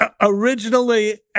Originally